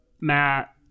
matt